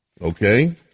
Okay